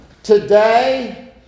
Today